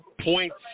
points